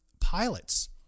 pilots